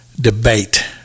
debate